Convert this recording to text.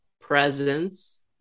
presence